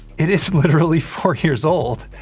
it is literally four years old.